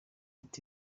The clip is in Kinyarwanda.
ati